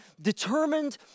determined